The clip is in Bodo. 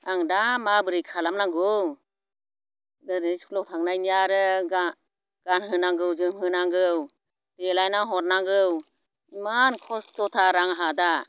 आं दा माबोरै खालामनांगौ ओरै स्कुलाव थांनायनि आरो गानहोनांगौ जोमहोनांगौ देलायना हरनांगौ इमान खस्त'थार आंहा दा